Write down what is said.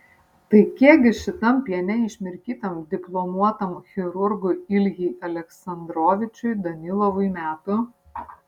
tai kiekgi šitam piene išmirkytam diplomuotam chirurgui iljai aleksandrovičiui danilovui metų